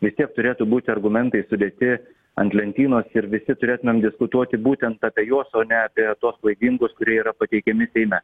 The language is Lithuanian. vis tiek turėtų būti argumentai sudėti ant lentynos ir visi turėtumėm diskutuoti būtent apie juos o ne apie tuos klaidingus kurie yra pateikiami seime